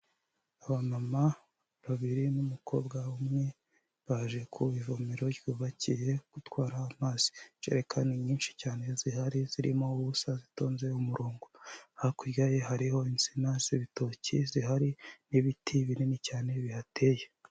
Abamama babiri n'umukobwa umwe baje ku ivomero ryubakiye gutwara amazi, injerekani nyinshi cyane zihari zirimo ubusa zitonze umurongo hakurya ye hariho insina z'ibitoki zihari n'ibiti binini cyane bihateye.